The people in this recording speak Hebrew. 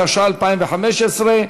התשע"ה 2015,